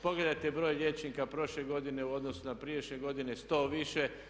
Pogledajte broj liječnika prošle godine u odnosu na prijašnje godine, 100 više.